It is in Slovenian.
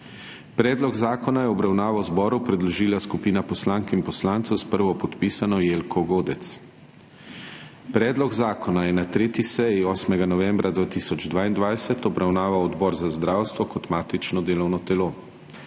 Predlog zakona je v obravnavo zboru predložila skupina poslank in poslancev s prvopodpisano Jelko Godec. Predlog zakona je na 3. seji 8. novembra 2022 obravnaval Odbor za zdravstvo kot matično delovno telo.